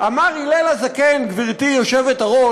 אמר הלל הזקן, גברתי היושבת-ראש,